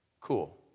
Cool